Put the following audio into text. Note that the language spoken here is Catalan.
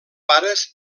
pares